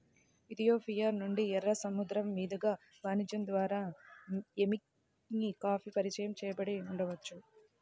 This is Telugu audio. ఇథియోపియా నుండి, ఎర్ర సముద్రం మీదుగా వాణిజ్యం ద్వారా ఎమెన్కి కాఫీ పరిచయం చేయబడి ఉండవచ్చు